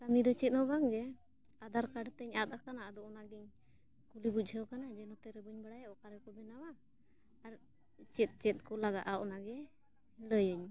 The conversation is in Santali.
ᱠᱟᱹᱢᱤ ᱫᱚ ᱪᱮᱫ ᱦᱚᱸ ᱵᱟᱝᱜᱮ ᱟᱫᱷᱟᱨ ᱠᱟᱨᱰ ᱛᱤᱧ ᱟᱫ ᱟᱠᱟᱱᱟ ᱟᱫᱚ ᱚᱱᱟᱜᱤᱧ ᱠᱩᱞᱤ ᱵᱩᱡᱷᱟᱹᱣ ᱠᱟᱱᱟ ᱡᱮ ᱱᱚᱛᱮ ᱨᱮ ᱵᱟᱹᱧ ᱵᱟᱲᱟᱭᱟ ᱚᱠᱟᱨᱮ ᱠᱚ ᱵᱮᱱᱟᱣᱟ ᱟᱨ ᱪᱮᱫ ᱪᱮᱫ ᱠᱚ ᱞᱟᱜᱟᱜᱼᱟ ᱚᱱᱟ ᱜᱮ ᱞᱟᱹᱭᱟᱹᱧ